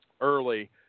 early